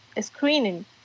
screening